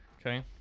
Okay